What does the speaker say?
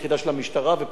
ופותחים בחקירה.